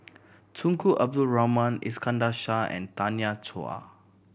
Tunku Abdul Rahman Iskandar Shah and Tanya Chua